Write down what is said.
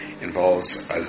involves